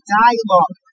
dialogue